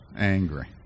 Angry